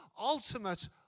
ultimate